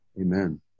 Amen